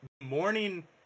morning